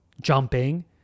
jumping